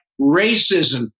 racism